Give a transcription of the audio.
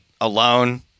alone